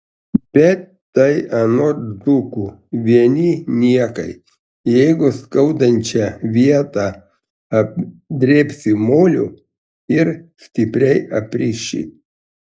bet tai anot dzūkų vieni niekai jeigu skaudančią vietą apdrėbsi moliu ir stipriai apriši